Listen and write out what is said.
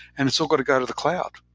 and it's all got to go to the cloud.